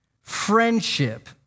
friendship